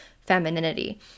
femininity